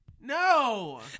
No